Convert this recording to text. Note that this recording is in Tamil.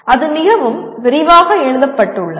அது மிகவும் விரிவாக எழுதப்பட்டுள்ளது